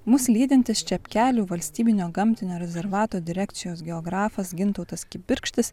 mus lydintis čepkelių valstybinio gamtinio rezervato direkcijos geografas gintautas kibirkštis